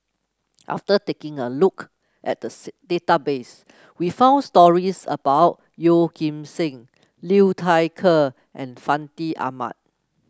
after taking a look at database we found stories about Yeoh Ghim Seng Liu Thai Ker and Fandi Ahmad